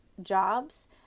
jobs